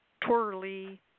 twirly